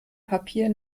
papier